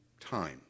time